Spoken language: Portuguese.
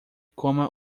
coma